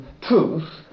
truth